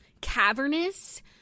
cavernous